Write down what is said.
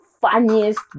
funniest